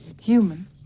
human